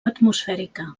atmosfèrica